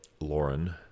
Lauren